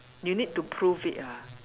you need to proof it ah